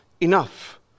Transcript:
enough